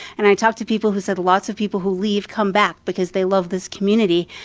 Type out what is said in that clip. and i talked to people who said lots of people who leave come back because they love this community.